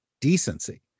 decency